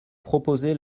proposez